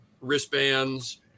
wristbands